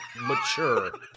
mature